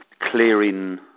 clearing